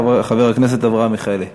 חבר הכנסת אברהם מיכאלי.